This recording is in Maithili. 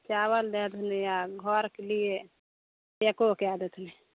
चावल दै देथिन आ घरके लिए पैको कऽ देथिन